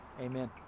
amen